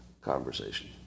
conversation